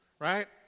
right